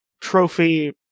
trophy